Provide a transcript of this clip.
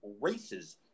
races